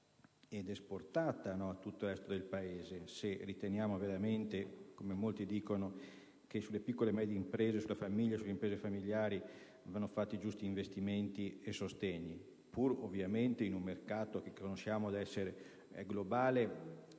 ed esportata in tutto il resto del Paese, se riteniamo veramente, come molti dicono, che sulle piccole e medie imprese e sulle imprese familiari vanno previsti i giusti investimenti e sostegni, pur, ovviamente, in un mercato che riconosciamo essere globale